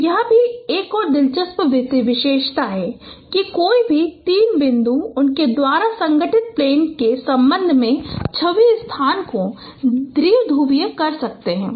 तो यह भी एक और दिलचस्प विशेषता है कि कोई भी 3 बिंदु उनके द्वारा गठित प्लेन के संबंध में छवि स्थान को द्विध्रुवीय कर सकते हैं